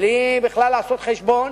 בלי בכלל לעשות חשבון,